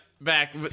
back